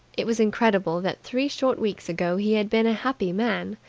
it was incredible that three short weeks ago he had been a happy man.